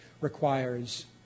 requires